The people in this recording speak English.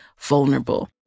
vulnerable